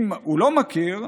אם הוא לא מכיר,